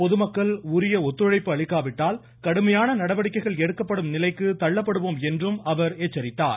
பொதுமக்கள் உரிய ஒத்துழைப்பு அளிக்காவிட்டால் கடுமையான நடவடிக்கைகள் எடுக்கப்படும் நிலைக்கு தள்ளப்படுவோம் என்றும் அவர் எச்சரித்தார்